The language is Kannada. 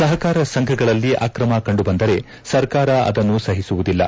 ಸಹಕಾರ ಸಂಘಗಳಲ್ಲಿ ಆಕ್ರಮ ಕಂಡು ಬಂದರೆ ಸರ್ಕಾರ ಅದನ್ನು ಸಹಿಸುವುದಿಲ್ಲ